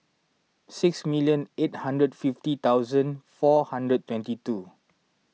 six million eight hundred fifty thousand four hundred twenty two